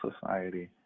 society